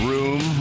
Room